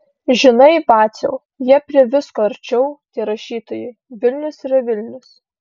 žinai vaciau jie prie visko arčiau tie rašytojai vilnius yra vilnius